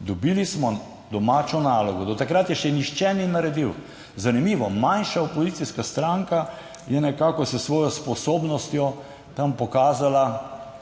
Dobili smo domačo nalogo. Do takrat je še nihče ni naredil. Zanimivo, manjša opozicijska stranka je nekako s svojo sposobnostjo tam pokazala,